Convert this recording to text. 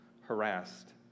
harassed